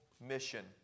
mission